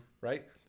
Right